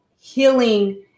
healing